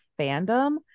fandom